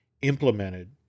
implemented